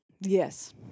Yes